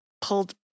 pulled